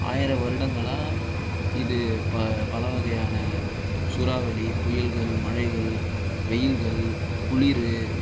ஆயிரம் வருடங்களா இது ப பல வகையான சூறாவளி புயல்கள் மழைகள் வெயில்கள் குளிர்